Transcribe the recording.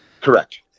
Correct